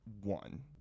one